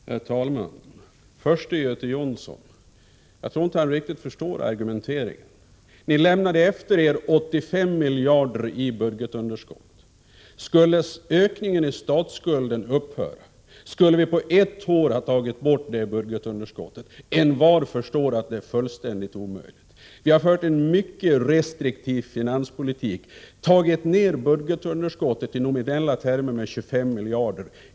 Herr talman! Först till Göte Jonsson. Jag tror inte att han riktigt förstår argumenteringen. Ni lämnade efter er ett budgetunderskott på 85 miljarder. Skulle statsskuldens ökning upphöra? Skulle vi på ett år ha tagit bort det budgetunderskottet? Envar förstår att det är fullständigt omöjligt. Vi har fört en mycket restriktiv finanspolitik och minskat budgetunderskottet i nominella termer med 25 miljarder.